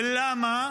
ולמה?